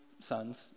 sons